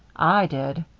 i did.